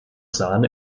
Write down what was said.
sahne